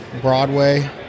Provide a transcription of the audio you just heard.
Broadway